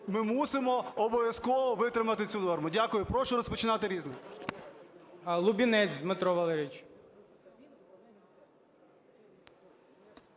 Ми мусимо обов'язково витримати цю норму. Дякую. Прошу розпочинати "Різне".